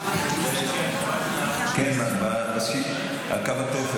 --- על קו התפר.